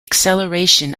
acceleration